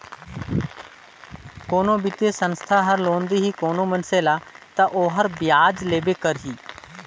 कोनो बित्तीय संस्था हर लोन देही कोनो मइनसे ल ता ओहर बियाज लेबे करही